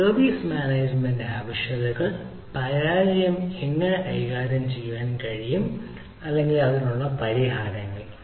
service management ആവശ്യകതകൾ പരാജയം എങ്ങനെ കൈകാര്യം ചെയ്യാം അല്ലെങ്കിൽ പരാജയത്തിനുള്ള പരിഹാരങ്ങൾ എന്തായിരിക്കണം